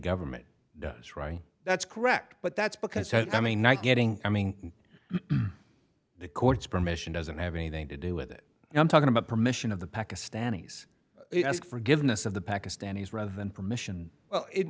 government does right that's correct but that's because i mean not getting coming the court's permission doesn't have anything to do with it i'm talking about permission of the pakistanis ask forgiveness of the pakistanis rather than permission